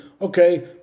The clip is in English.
okay